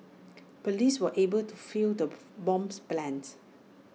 Police were able to foil the bomber's plans